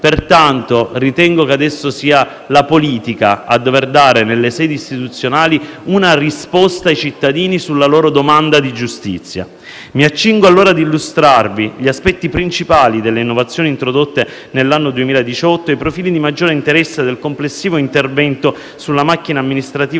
pertanto, che adesso sia la politica a dover dare nelle sedi istituzionali una risposta ai cittadini sulla loro domanda di giustizia. Mi accingo allora a illustrarvi gli aspetti principali delle innovazioni introdotte nell'anno 2018 e i profili di maggiore interesse del complessivo intervento sulla macchina amministrativa